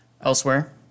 Elsewhere